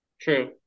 true